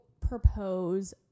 propose